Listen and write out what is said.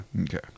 Okay